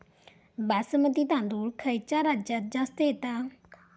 बासमती तांदूळ खयच्या राज्यात जास्त येता?